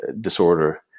disorder